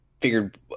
figured